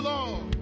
Lord